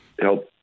help